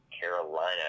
Carolina